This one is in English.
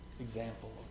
example